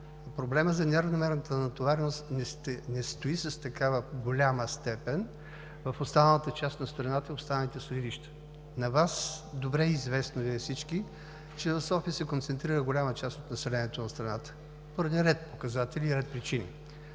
Проблемът за неравномерната натовареност не стои в такава голяма степен за останалата част от страната и с останалите съдилища. На Вас – добре известно е на всички, че в София се концентрира голяма част от населението на страната поради ред показатели и ред причини.